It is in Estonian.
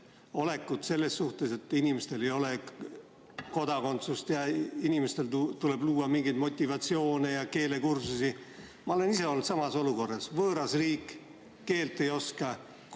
selles suhtes, et inimestel ei ole kodakondsust. Neile tuleb nagu luua mingeid motivatsioone ja keelekursusi. Ma olen ise olnud samas olukorras: võõras riik, keelt ei oska, kodakondsust